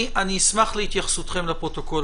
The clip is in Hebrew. אני אשמח להתייחסותכם לפרוטוקול,